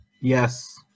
Yes